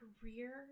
career